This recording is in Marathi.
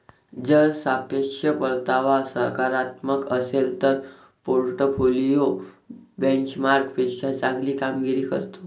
जर सापेक्ष परतावा सकारात्मक असेल तर पोर्टफोलिओ बेंचमार्कपेक्षा चांगली कामगिरी करतो